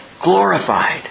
glorified